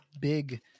big